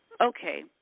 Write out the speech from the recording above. Okay